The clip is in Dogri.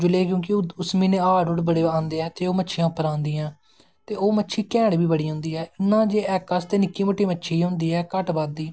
जिसलै उसलै हाड़ हूड़ बड़े आंदे ऐं ते ओह् मच्छियां उप्पर आंदियां नै ते ओह् मच्छी कैंड़ बी बड़ी होंदी ऐ इयां ते ऐका च निक्की मुट्टी मच्छी गै होंदी ऐ घट्ट गै